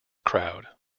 crowd